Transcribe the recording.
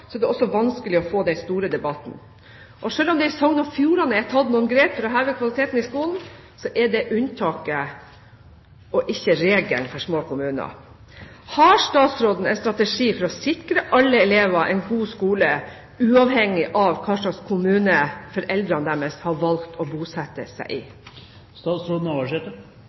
er det også vanskelig å få den store debatten. Selv om det i Sogn og Fjordane er tatt noen grep for å heve kvaliteten i skolen, så er det unntaket og ikke regelen for små kommuner. Har statsråden en strategi for å sikre alle elever en god skole, uavhengig av hvilken kommune foreldrene har valgt å bosette seg